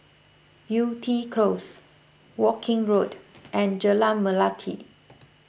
Yew Tee Close Woking Road and Jalan Melati